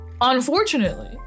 Unfortunately